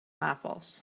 apples